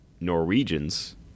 Norwegians